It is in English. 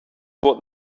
what